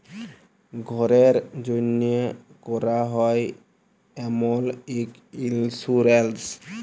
ঘ্যরের জ্যনহে ক্যরা হ্যয় এমল ইক ইলসুরেলস